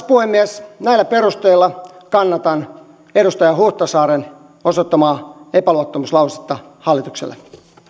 puhemies näillä perusteilla kannatan edustaja huhtasaaren osoittamaa epäluottamuslausetta hallitukselle